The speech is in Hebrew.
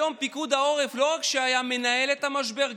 היום פיקוד העורף לא רק שהיה מנהל את המשבר,